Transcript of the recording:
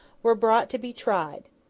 were brought to be tried.